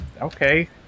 okay